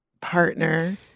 partner